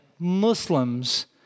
Muslims